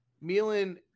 Milan